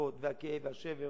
הזעקות והכאב והשבר